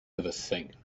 overthink